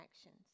actions